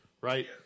right